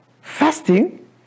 Fasting